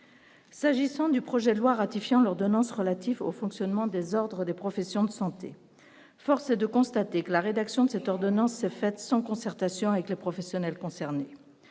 s'agissant du projet de loi ratifiant l'ordonnance relative au fonctionnement des ordres des professions de santé, force est de constater que la rédaction de cette ordonnance fait sans concertation avec les professionnels concernés,